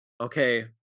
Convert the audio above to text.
okay